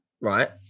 right